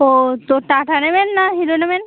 তো তো টাটা নেবেন না হিরো নেবেন